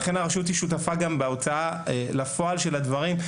לכן, הרשות היא שותפה בהוצאה לפועל של הדברים.